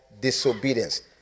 disobedience